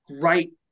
great